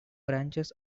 branches